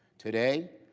today,